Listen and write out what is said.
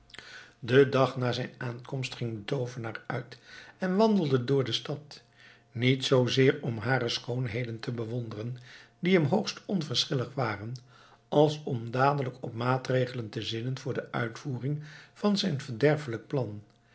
den dag na zijn aankomst ging de toovenaar uit en wandelde door de stad niet zoozeer om hare schoonheden te bewonderen die hem hoogst onverschillig waren als om dadelijk op maatregelen te zinnen voor de uitvoering van zijn verderfelijk plan